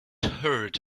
hurt